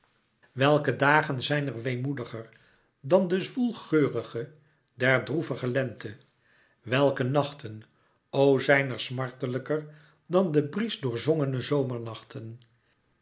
welke dagen zijn er weemoediger dan de zwoelgeurige der droevige lente welke nachten o zijn er smartelijker dan de bries doorzongene zomernachten